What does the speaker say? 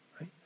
right